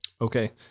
Okay